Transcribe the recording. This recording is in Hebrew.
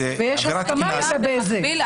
נטע,